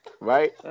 right